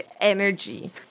energy